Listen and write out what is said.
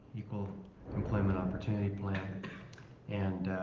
equal employment opportunity plan and